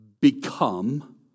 become